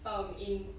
um in